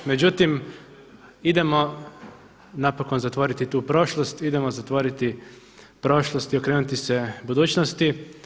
Međutim, idemo napokon zatvoriti tu prošlost, idemo zatvoriti prošlost i okrenuti se budućnosti.